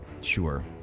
Sure